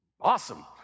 awesome